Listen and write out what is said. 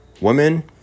Women